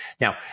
Now